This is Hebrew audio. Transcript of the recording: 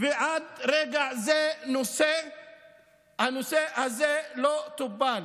ועד לרגע זה הנושא הזה לא טופל.